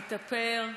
להתאפר,